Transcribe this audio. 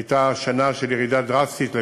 הייתה שנה של ירידה דרסטית לגמרי,